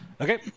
Okay